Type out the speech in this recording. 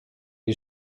die